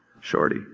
Shorty